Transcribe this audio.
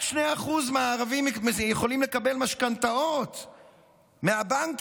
רק 2% מהערבים יכולים לקבל משכנתאות מהבנקים.